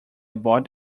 bought